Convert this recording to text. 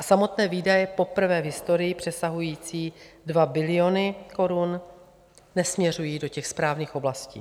Samotné výdaje poprvé v historii přesahující 2 biliony korun nesměřují do těch správných oblastí.